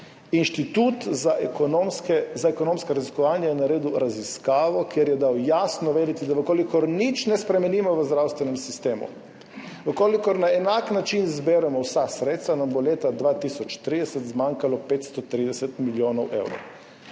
Inštitut za ekonomska raziskovanja je naredil raziskavo, kjer je dal jasno vedeti, da v kolikor nič ne spremenimo v zdravstvenem sistemu, v kolikor na enak način zberemo vsa sredstva, nam bo leta 2030 zmanjkalo 530 milijonov evrov,